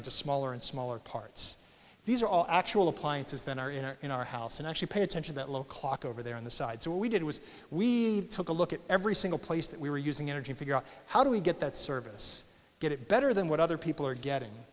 into smaller and smaller parts these are all actual appliances that are in our in our house and actually pay attention that local talk over there on the side so what we did was we took a look at every single place that we were using energy figure out how do we get that service get it better than what other people are getting